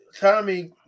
Tommy